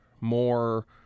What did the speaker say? more